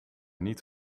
niet